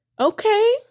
Okay